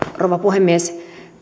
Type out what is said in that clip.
rouva puhemies